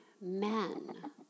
men